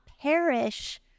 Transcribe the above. perish